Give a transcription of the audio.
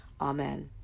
Amen